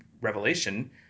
revelation